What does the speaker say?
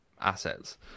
assets